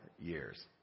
years